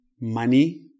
money